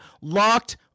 LOCKED